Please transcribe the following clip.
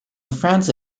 france